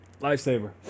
Lifesaver